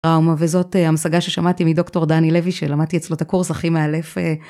וזאת המשגה ששמעתי מדוקטור דני לוי שלמדתי אצלו את הקורס הכי מאלף.